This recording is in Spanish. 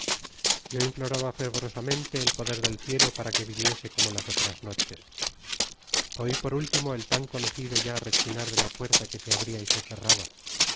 yo imptoraba fervorosamente et poder del cielo para que viniese como las oiras noches oi por último el tan conocido ya rechinar de la puerta que se abria y se cerraba